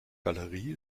galerie